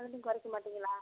அதுலையும் குறைக்க மாட்டிங்களா